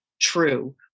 true